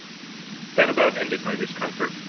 that about ended my discomfort.